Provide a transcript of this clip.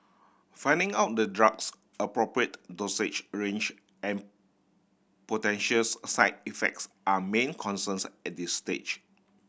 finding out the drug's appropriate dosage a range and potential side effects are main concerns at this stage